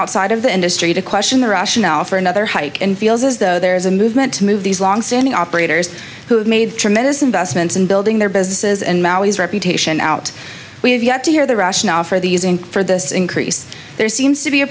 outside of the industry to question the rationale for another hike and feels as though there is a movement to move these longstanding operators who have made tremendous investments in building their businesses and now his reputation out we have yet to hear the rationale for the using for this increase there seems to be a